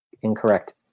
Incorrect